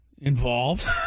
involved